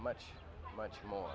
much much more